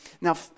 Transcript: now